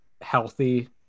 healthy